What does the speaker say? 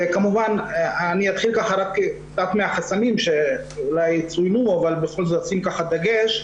אני אתחיל מהחסמים שאולי צוינו אבל בכל זאת לשים דגש.